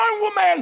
woman